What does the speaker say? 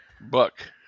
Buck